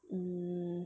hmm